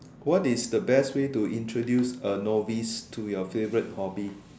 what is the best way to introduce a novice to your favourite hobby